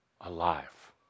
alive